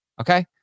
Okay